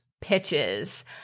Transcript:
pitches